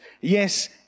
yes